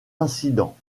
incident